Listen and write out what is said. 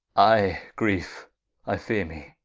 i greefe i feare me,